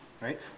Right